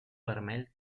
vermell